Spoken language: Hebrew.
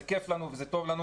זה כייף לנו וזה טוב לנו.